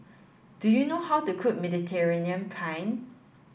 do you know how to cook Mediterranean Penne